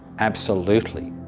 absolutely.